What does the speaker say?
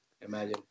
Imagine